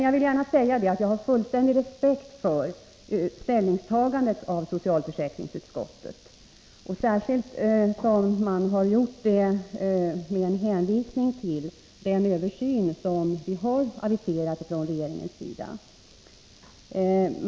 Jag vill gärna säga att jag har full respekt för socialförsäkringsutskottets ställningstagande, särskilt som utskottet har gjort detta ställningstagande med en hänvisning till den översyn som vi har aviserat från regeringens sida.